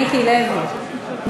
מיקי לוי.